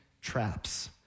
traps